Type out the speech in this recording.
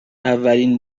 اولین